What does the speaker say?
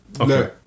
Okay